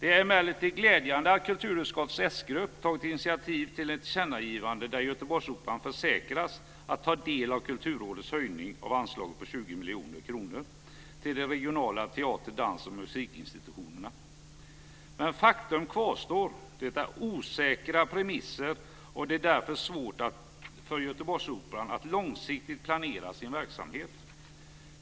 Det är emellertid glädjande att kulturutskottets s-grupp tagit initiativ till ett tillkännagivande om att Göteborgsoperan ska försäkras få ta del av Kulturrådets höjning av anslagen om 20 miljoner kronor till de regionala teater-, dans och musikinstitutionerna. Men faktum kvarstår: Detta är osäkra premisser, och det är därför svårt för Göteborgsoperan att långsiktigt planera sin verksamhet.